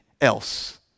else